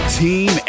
team